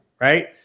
right